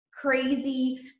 crazy